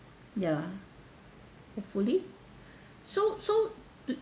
ya hopefully so so